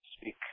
speak